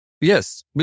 Yes